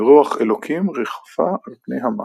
ורוח אלוקים ריחפה על פני המים.